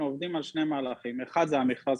אנחנו עובדים על שני מהלכים: אחד זה המכרז,